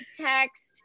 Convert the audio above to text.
text